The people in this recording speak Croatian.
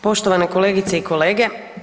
Poštovane kolegice i kolege.